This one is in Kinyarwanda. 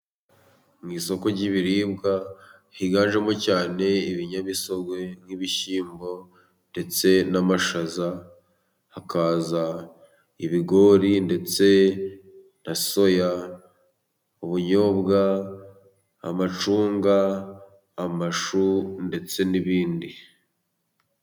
Mu isoko ry'ibiribwa higanjemo cyane: ibinyamisogwe nk'ibishyimbo ndetse n'amashyaza. Hakaza ibigori ndetse na soya ,ubunyobwa ,amacunga ,amashu ndetse n'ibindi.